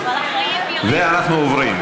אנחנו עוברים,